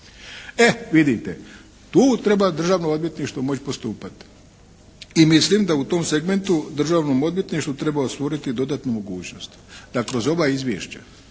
E vidite tu treba Državno odvjetništvo moći postupati. I mislim da u tom segmentu Državnom odvjetništvu treba stvoriti dodatnu mogućnost da kroz ova izvješća